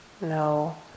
no